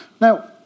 Now